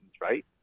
right